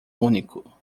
único